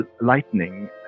lightning